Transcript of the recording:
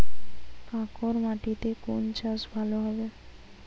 কাঁকর মাটিতে কোন চাষ ভালো হবে?